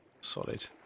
solid